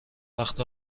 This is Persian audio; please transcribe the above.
وقت